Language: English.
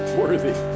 worthy